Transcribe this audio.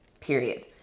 Period